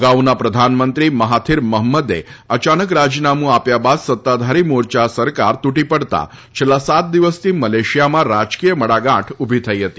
અગાઉના પ્રધાનમંત્રી મહાથીર મહમ્મદે અચાનક રાજીનામુ આપ્યા બાદ સત્તાધારી મોરચા સરકાર તુટી પડતા છેલ્લા સાત દિવસથી મલેશિયામાં રાજકીય મડાગાઠ ઉભી થઇ હતી